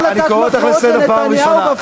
אני קורא אותך לסדר בפעם הראשונה.